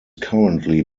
currently